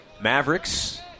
Mavericks